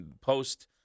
post